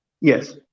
yes